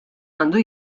għandu